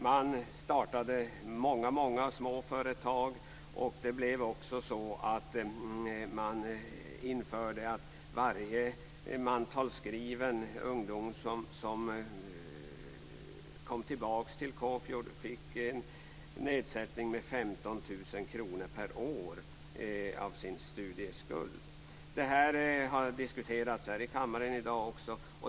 Man startade många små företag, och varje mantalsskriven ung människa som kom tillbaka till Kåfjord fick en minskning med 15 000 kr per år av sin studieskuld. Detta har även diskuterats här i kammaren i dag.